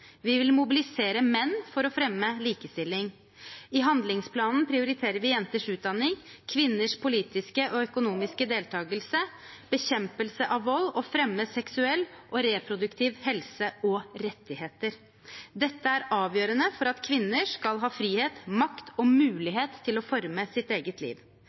Vi vil mobilisere menn for å fremme likestilling. I handlingsplanen prioriterer vi jenters utdanning, kvinners politiske og økonomiske deltakelse, bekjempelse av vold og fremme seksuell og reproduktiv helse og rettigheter. Dette er avgjørende for at jenter og kvinner skal ha frihet, makt og mulighet til å forme sitt eget liv.»